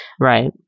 right